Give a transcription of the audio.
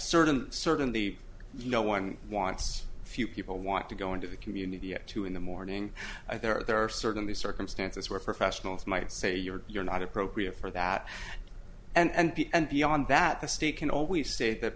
certainly certainly no one wants few people want to go into the community at two in the morning i think there are certainly circumstances where professionals might say you're you're not appropriate for that and beyond that the state can always say